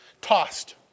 tossed